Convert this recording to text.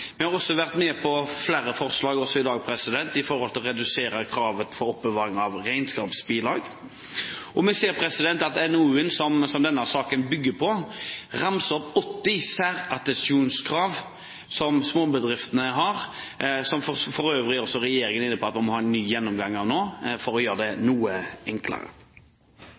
Vi har også vært med på flere forslag i dag om å redusere kravet for oppbevaring av regnskapsbilag. Og vi ser at i den NOU-en som denne saken bygger på, ramses det opp 80 særattestasjonskrav som småbedriftene har, som for øvrig også regjeringen vil ha en ny gjennomgang av nå, for å gjøre det noe enklere.